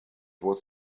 was